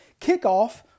Kickoff